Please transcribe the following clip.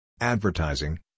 Advertising